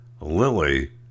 Lily